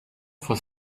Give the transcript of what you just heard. for